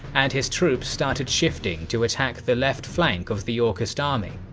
and his troops started shifting to attack the left flank of the yorkist army.